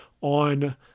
on